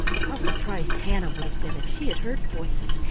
how surprised hannah would have been if she had heard voices,